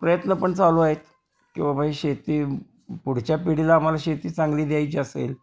प्रयत्न पण चालू आहेत की बाबा ही शेती पुढच्या पिढीला आम्हाला शेती चांगली द्यायची असेल